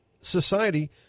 society